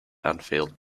anfield